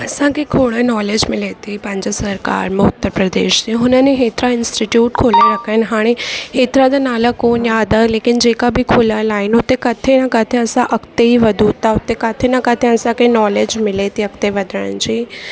असांखे खोड़ नॉलेज मिले थी पंहिंजे सरकारि मां उत्तर प्रदेश जी हुननि हेतिरा इंटिट्यूट खोले रखिया आहिनि हाणे हेतिरा त नाला कोन याद आहे लेकिनि जेका बि खुलियल आहिनि उते किथे न किथे असां अॻिते ई वधूं था हुते किथे न किथे असांखे नॉलेज मिले थी अॻिते वधण जी